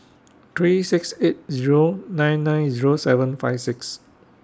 three six eight Zero nine nine Zero seven five six